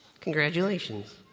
Congratulations